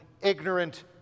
ignorant